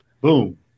boom